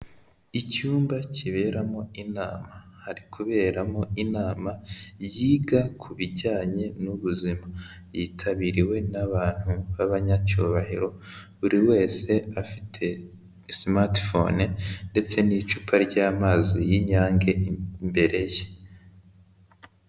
Icyumba kiberamo inama, hari kuberamo inama yiga ku bijyanye n'ubuzima, yitabiriwe n'abantu b'abanyacyubahiro, buri wese afite simatifone ndetse n'icupa ry'amazi y'Inyange imbere ye.